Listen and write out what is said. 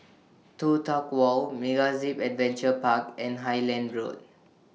Toh Tuck Walk MegaZip Adventure Park and Highland Road